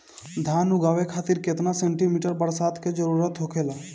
धान उगावे खातिर केतना सेंटीमीटर बरसात के जरूरत होखेला?